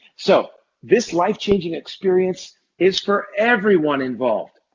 so this life-changing experience is for everyone involved.